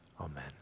Amen